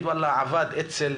אומרים: הוא עבד אצל